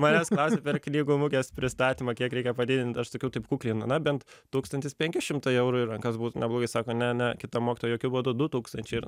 manęs klausė per knygų mugės pristatymą kiek reikia padidint aš sakiau taip kukliai nu na bent tūkstantis penki šimtai eurų į rankas būtų neblogai sako ne ne kita mokytoja jokiu būdu du tūkstančiai ir